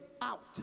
out